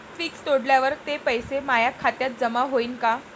Fix तोडल्यावर ते पैसे माया खात्यात जमा होईनं का?